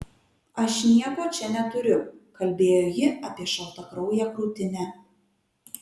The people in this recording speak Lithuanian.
aš nieko čia neturiu kalbėjo ji apie šaltakrauję krūtinę